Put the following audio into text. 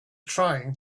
trying